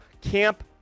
Camp